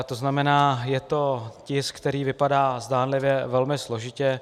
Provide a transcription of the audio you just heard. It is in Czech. To znamená, je to tisk, který vypadá zdánlivě velmi složitě.